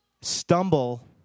stumble